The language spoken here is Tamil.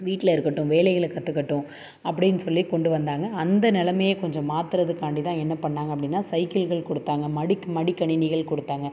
வீட்டில் இருக்கட்டும் வேலைகளை கற்றுக்கட்டும் அப்படின்னு சொல்லி கொண்டு வந்தாங்க அந்த நிலைமைய கொஞ்சம் மாற்றறதுக்காண்டி தான் என்ன பண்ணிணாங்க அப்படின்னா சைக்கிள்கள் கொடுத்தாங்க மடிக் மடிக்கணினிகள் கொடுத்தாங்க